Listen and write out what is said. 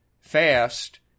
fast